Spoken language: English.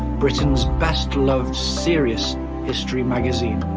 britain's best-loved serious history magazine.